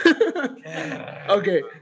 Okay